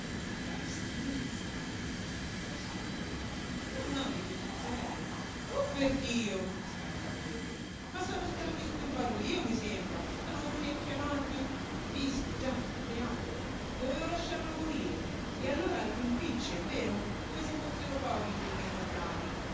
lei scherza grida il signore no no dico sul sul serio oh perdio scatta quello ma sono stato disturbato io mi sembra sono venuti a chiamarmi capisco già a teatro dovevo lasciarlo morire e allora altri impicci è vero come se fossero pochi quelli che m'ha dati